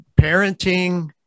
Parenting